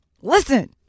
listen